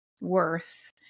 worth